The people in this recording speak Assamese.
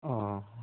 অঁ